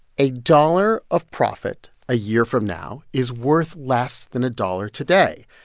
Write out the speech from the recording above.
a dollar of profit a year from now is worth less than a dollar today.